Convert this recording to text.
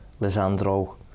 Lisandro